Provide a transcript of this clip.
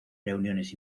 reuniones